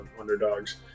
underdogs